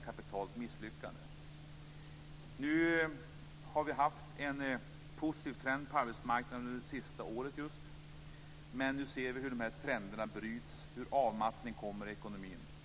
Vi har haft en positiv trend på arbetsmarknaden under det sista året, men vi ser nu hur trenderna bryts och avmattningen kommer i ekonomin.